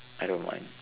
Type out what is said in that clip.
I don't mind